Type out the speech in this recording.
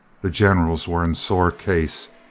the generals were in sore case.